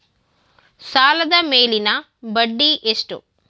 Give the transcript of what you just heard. ಸಾಲದ ಮೇಲಿನ ಬಡ್ಡಿ ಎಷ್ಟು?